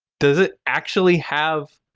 does it actually have